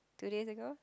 two days ago